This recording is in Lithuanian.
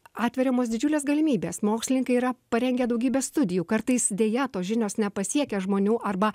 atveriamos didžiulės galimybės mokslininkai yra parengę daugybę studijų kartais deja tos žinios nepasiekia žmonių arba